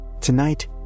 tonight